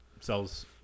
sells